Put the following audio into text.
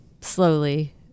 slowly